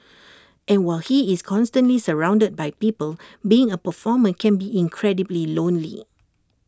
and while he is constantly surrounded by people being A performer can be incredibly lonely